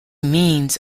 means